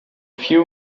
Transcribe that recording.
few